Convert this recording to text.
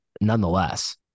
nonetheless